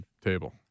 table